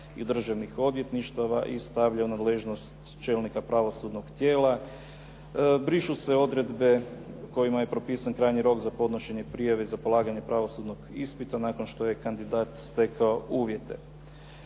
i državnih odvjetništava i stavlja u nadležnost čelnika pravosudnog tijela. Brišu se odredbe kojima je propisan krajnji rok za podnošenje prijave za polaganje pravosudnog ispita nakon što je kandidat stekao uvjete.